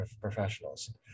professionals